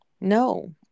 no